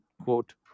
quote